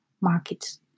markets